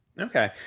Okay